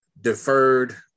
deferred